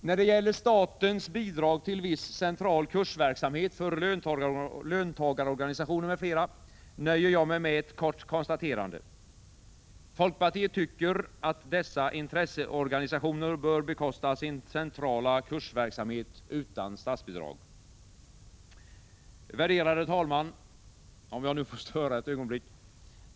När det gäller statens bidrag till viss central kursverksamhet för löntagarorganisationer m.fl. nöjer jag mig med ett kort konstaterande: Folkpartiet tycker att dessa intresseorganisationer bör bekosta sin centrala kursverksamhet utan statsbidrag. Herr talman!